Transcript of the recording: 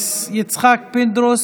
יצחק פינדרוס,